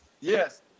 yes